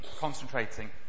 concentrating